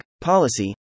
policy